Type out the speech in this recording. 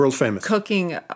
cooking